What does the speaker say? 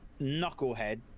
knucklehead